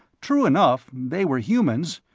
true enough they were humans,